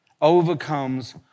overcomes